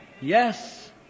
Yes